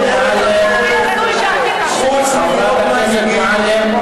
חברת הכנסת מועלם,